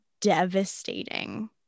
devastating